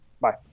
Bye